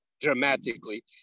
dramatically